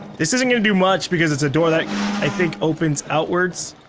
this isn't going to do much, because it's a door that i think opens outwards,